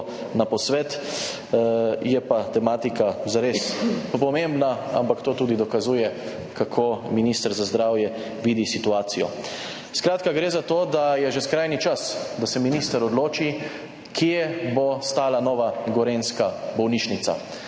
na posvet, je pa tematika zares pomembna. Ampak to tudi dokazuje, kako minister za zdravje vidi situacijo. Gre za to, da je že skrajni čas, da se minister odloči, kje bo stala nova gorenjska bolnišnica.